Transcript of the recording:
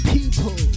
People